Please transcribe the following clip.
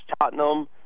Tottenham